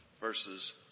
verses